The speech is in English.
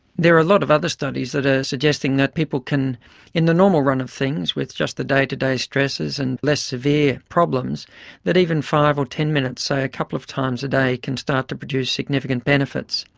there are a lot of other studies that are suggesting that people can in the normal run of things with just the day to day stresses and less severe problems that even five or ten minutes say a couple of times a day can start to produce significant benefits.